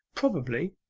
probably,